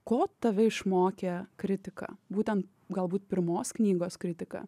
ko tave išmokė kritika būtent galbūt pirmos knygos kritika